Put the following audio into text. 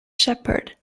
sheppard